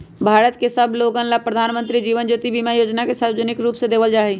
भारत के सब लोगन ला प्रधानमंत्री जीवन ज्योति बीमा योजना के सार्वजनिक रूप से देवल जाहई